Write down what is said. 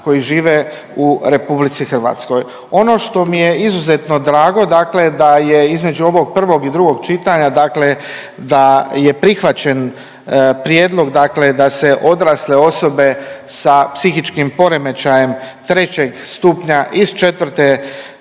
koji žive u RH. Ono što mi je izuzetno drago, dakle da je između ovog prvog i drugog čitanja, dakle da je prihvaćen prijedlog dakle da se odrasle osobe sa psihičkim poremećajem 3. stupnja iz 4.